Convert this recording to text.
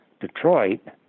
Detroit